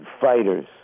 fighters